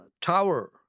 tower